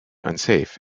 unsafe